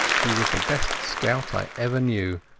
he was the best scout i ever knew,